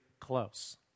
close